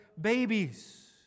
babies